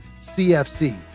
C-F-C